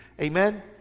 Amen